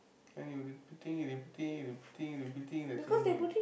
then you repeating you repeating you repeating you repeating the same thing